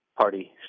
party